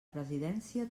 presidència